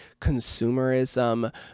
consumerism